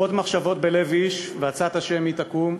"רבות מחשבות בלב איש ועצת ה' היא תקום",